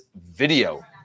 video